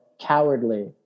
cowardly